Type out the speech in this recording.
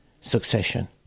succession